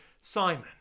Simon